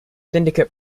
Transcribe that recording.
syndicate